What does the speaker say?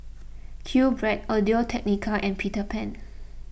Qbread Audio Technica and Peter Pan